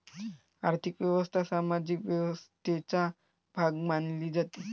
आर्थिक व्यवस्था सामाजिक व्यवस्थेचा भाग मानली जाते